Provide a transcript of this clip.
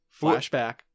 Flashback